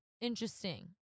interesting